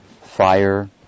fire